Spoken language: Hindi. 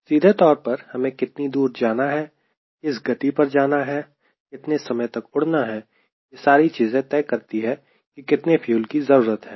सीधे तौर पर हमें कितनी दूर जाना है किस गति पर जाना है कितने समय तक उड़ना है यह सारी चीजें तय करती है कि कितने फ्यूल की जरूरत है